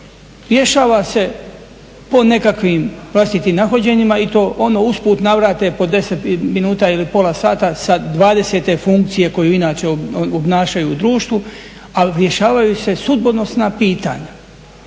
rješava se po nekakvim vlastitim nahođenjima i to ono usput navrat po 10 minuta ili pola sata sa 20. funkcije koju inače obnašaju u društvu, ali rješavaju se sudbonosna pitanja.